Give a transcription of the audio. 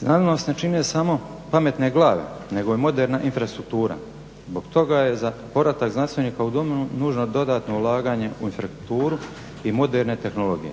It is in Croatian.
Znanost ne čine samo pametne glave nego i moderna infrastruktura zbog toga je za povratak znanstvenika u domovinu nužno dodatno ulaganje u infrastrukturu i moderne tehnologije.